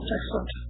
Excellent